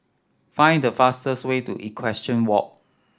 find the fastest way to Equestrian Walk